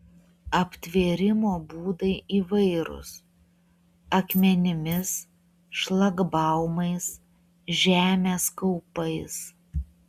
aptvėrimo būdai įvairūs akmenimis šlagbaumais žemės kaupais